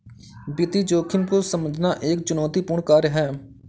वित्तीय जोखिम को समझना एक चुनौतीपूर्ण कार्य है